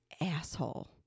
asshole